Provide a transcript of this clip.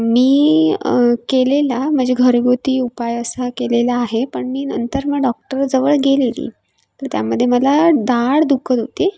मी केलेला म्हणजे घरगुती उपाय असा केलेला आहे पण मी नंतर मग डॉक्टरजवळ गेलेली आणि त्यामध्ये मला दाढ दुखत होती